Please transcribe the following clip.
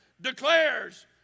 declares